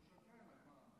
שלוש דקות, בבקשה.